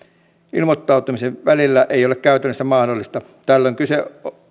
ilmoittautumisten välillä ei ole käytännössä mahdollista tällöin kyse